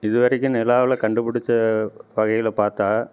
இதுவரைக்கும் நிலாவில் கண்டுபுடிச்ச வகையில் பார்த்தா